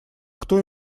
кто